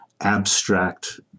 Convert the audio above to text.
abstract